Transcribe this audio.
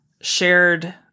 shared